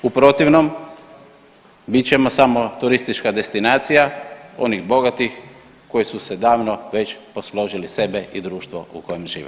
U protivnom bit ćemo samo turistička destinacija onih bogatih koji su se davno već posložili sebe i društvo u kojem žive.